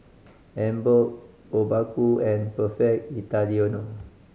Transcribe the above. Emborg Obaku and Perfect Italiano